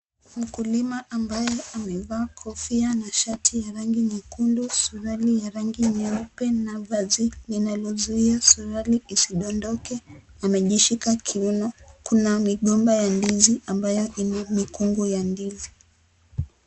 Mkulima ambaye amevaa kofia na shati ya rangi nyekundu, suruali ya rangi nyeupe na vazi inayozuia suruali isidondoke amejishika kiuno. Kuna migomba ya ndizi ambayo ina mikungu ya ndizi.